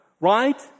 right